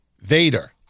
Vader